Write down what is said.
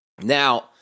Now